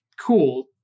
cool